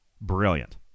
Brilliant